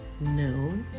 No